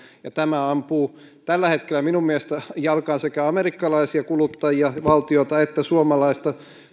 ja tämä ampuu tällä hetkellä minun mielestäni jalkaan sekä amerikkalaista kuluttajaa ja valtiota että suomalaista